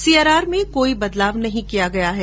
CRR में कोई बदलाव नहीं किया गया है